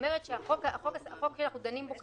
התשלומים האלה לבנק לא נמצאים בדוחות הכספיים.